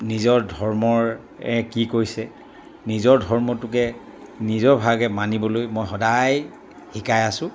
নিজৰ ধৰ্মৰ কি কৈছে নিজৰ ধৰ্মটোকে নিজৰ ভাগে মানিবলৈ মই সদায় শিকাই আছোঁ